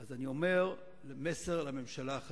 כזאת או אחרת שהיא מרתיעה, למשל הרס